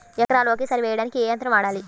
ఎకరాలు ఒకేసారి వేయడానికి ఏ యంత్రం వాడాలి?